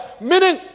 Meaning